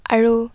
আৰু